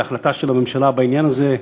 וההחלטה של הממשלה בעניין הזה,